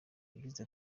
yagize